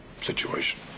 situation